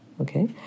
okay